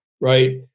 right